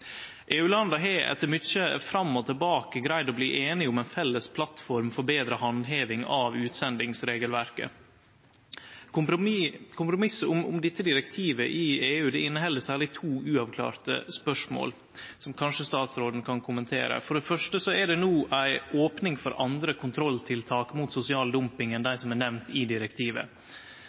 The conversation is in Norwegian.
har etter mykje fram og tilbake greidd å bli einige om ein felles plattform for betre handheving av utsendingsregelverket. Kompromisset om dette direktivet i EU inneheld særleg to uavklarte spørsmål, som kanskje statsråden kan kommentere. For det første er det no ei opning for andre kontrolltiltak mot sosial dumping enn dei som er nemnde i direktivet,